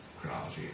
chronology